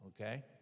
Okay